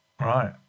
Right